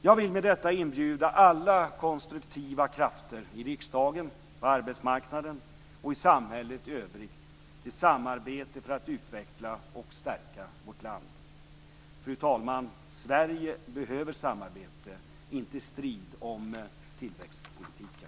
Jag vill med detta inbjuda alla konstruktiva krafter i riksdagen, på arbetsmarknaden och i samhället i övrigt till samarbete för att utveckla och stärka vårt land. Fru talman! Sverige behöver samarbete, inte strid om tillväxtpolitiken.